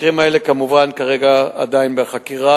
כמובן המקרים האלה כרגע עדיין בחקירה.